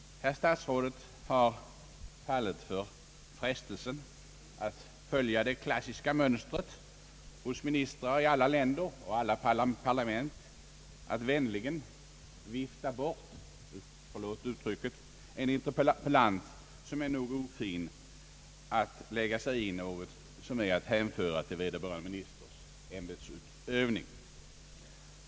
Herr statsrådet har fallit för frestelsen att följa det klassiska mönstret hos ministrar i alla länder och alla parlament, nämligen att vänligen vifta bort — förlåt uttrycket — en interpellant som är nog ofin att lägga sig i något som är att hänföra till vederbörande ministers ämbetsutövning.